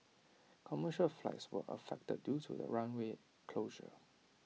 commercial flights were affected due to the runway closure